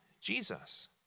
Jesus